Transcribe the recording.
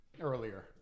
earlier